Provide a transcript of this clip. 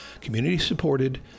community-supported